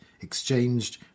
exchanged